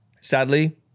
Sadly